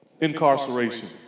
incarceration